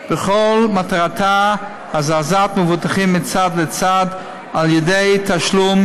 וכל מטרתה היא הזזת מבוטחים מצד לצד על ידי תשלום